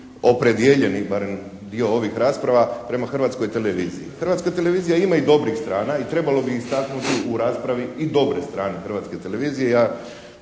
opredijeljeni barem dio ovih rasprava, prema Hrvatskoj televiziji. Hrvatska televizija ima i dobrih strana i trebalo bi istaknuti u raspravi i dobre strane Hrvatske televizije.